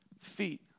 feet